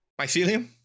mycelium